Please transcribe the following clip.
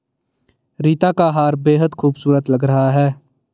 रीता का हार बेहद खूबसूरत लग रहा है